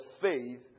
faith